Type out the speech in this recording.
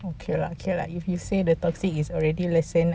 okay okay lah if you say the toxic is already lessen